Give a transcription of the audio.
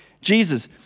Jesus